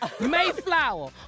Mayflower